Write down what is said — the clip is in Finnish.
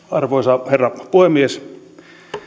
arvoisa herra puhemies